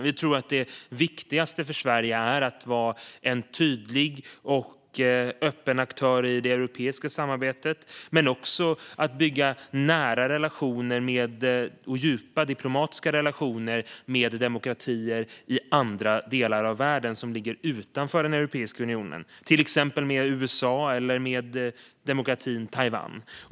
Vi tror att det viktigaste för Sverige är att vara en tydlig och öppen aktör i det europeiska samarbetet samt att bygga nära och djupa diplomatiska relationer med demokratier i delar av världen som ligger utanför Europeiska unionen, till exempel med USA eller med demokratin Taiwan.